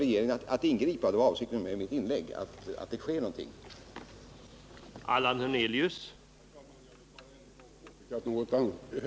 Avsikten med mitt förra inlägg var också att understryka behovet av att någonting måste ske som förbättrar situationen på detta område.